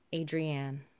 Adrienne